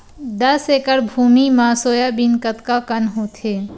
दस एकड़ भुमि म सोयाबीन कतका कन होथे?